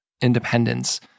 independence